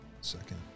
Second